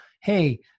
Hey